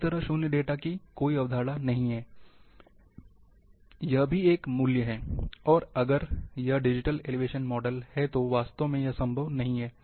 पूरी तरह शून्य डेटा की कोई अवधारणा नहीं है यह भी एक मूल्य है और अगर यह डिजिटल एलिवेशन मोडेल है तो ये वास्तव में संभव नहीं है